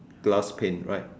glass panes right